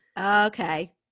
Okay